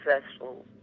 successful